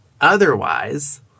Otherwise